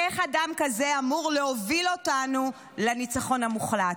איך אדם כזה אמור להוביל אותנו לניצחון המוחלט?